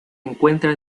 encuentra